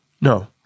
No